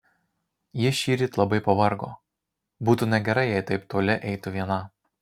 ji šįryt labai pavargo būtų negerai jei taip toli eitų viena